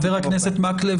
חבר הכנסת מקלב,